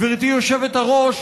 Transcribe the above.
גברתי היושבת-ראש,